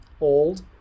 old